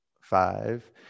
Five